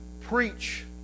preach